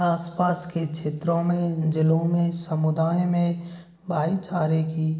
आस पास के क्षेत्रों में ज़िलों में समुदाय में भाईचारे की